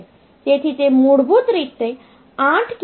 તેથી તે મૂળભૂત રીતે 8KB છે તેથી આ 1FFF છે